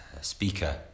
speaker